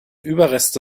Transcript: überreste